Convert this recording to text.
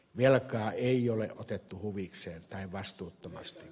vilkka ei ole otettu huvikseen tai vastuuttomastia